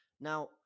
Now